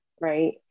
right